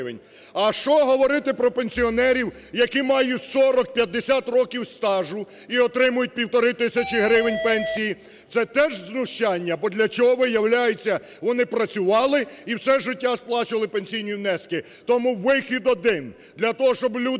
А що говорити про пенсіонерів, які мають 40-50 років стажу і отримують півтори тисячі пенсії, це теж знущання. Бо для чого, виявляється, вони працювали, і все життя сплачували пенсійні внески. Тому вихід один: